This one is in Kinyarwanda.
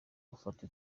ufata